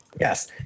Yes